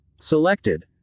selected